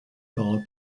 bar